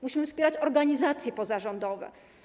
Musimy wspierać organizacje pozarządowe.